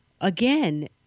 Again